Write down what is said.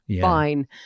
Fine